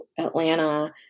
Atlanta